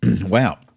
Wow